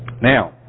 Now